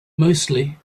mostly